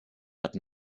but